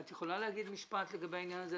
את יכולה להגיד משפט לגבי העניין הזה?